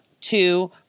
two